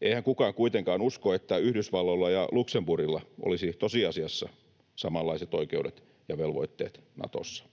Eihän kukaan kuitenkaan usko, että Yhdysvalloilla ja Luxemburgilla olisi tosiasiassa samanlaiset oikeudet ja velvoitteet Natossa.